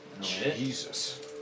Jesus